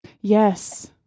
Yes